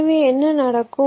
எனவே என்ன நடக்கும்